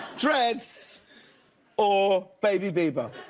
dreads or boobee bieber.